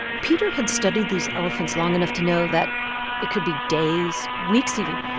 peter had studied these elephants long enough to know that it could be days, weeks even,